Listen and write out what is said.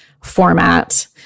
format